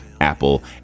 Apple